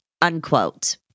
Unquote